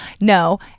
No